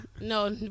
No